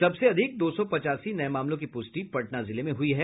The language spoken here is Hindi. सबसे अधिक दो सौ पचासी नये मामलों की पुष्टि पटना जिले में हुई हैं